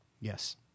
Yes